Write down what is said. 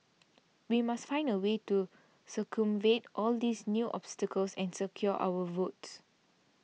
we must find a way to circumvent all these new obstacles and secure our votes